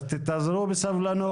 אז תתאזרו בסבלנות.